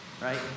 Right